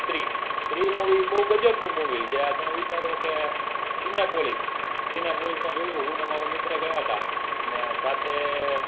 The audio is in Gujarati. સ્ત્રી સ્ત્રી મૂવી બહુ ગજબનું મૂવી જ્યાં તમે વિચારો કે સીનેપોલીસ સીનેપોલીસમાં જોયું હું ને મારો મિત્ર ગયા હતા અને સાથે